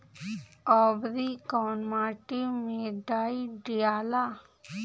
औवरी कौन माटी मे डाई दियाला?